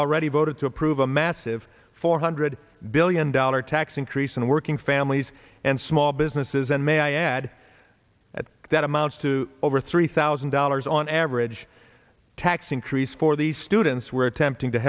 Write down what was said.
already voted to approve a massive four hundred billion dollar tax increase on working families and small businesses and may i add that that amounts to over three thousand dollars on average tax increase for these students were attempting to